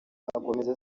akomeza